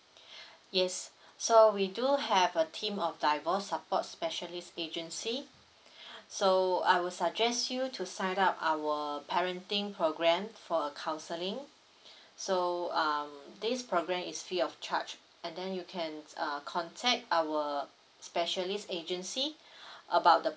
yes so we do have a team of divorce support specialist agency so I will suggest you to sign up our parenting program for counselling so um this program is free of charge and then you can uh contact our specialist agency about the